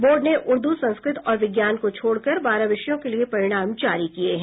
board ने उर्दू संस्कृत और विज्ञान को छोड़कर बारह विषयों के लिए परिणाम जारी किये हैं